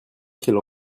qu’elle